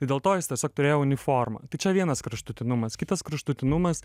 dėl to jis tiesiog turėjo uniformą tai čia vienas kraštutinumas kitas kraštutinumas